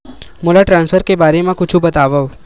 मोला ट्रान्सफर के बारे मा कुछु बतावव?